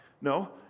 no